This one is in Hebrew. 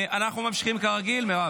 אנחנו ממשיכים כרגיל, מירב?